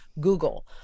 Google